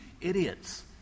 idiots